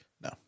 No